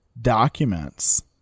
Documents